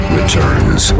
Returns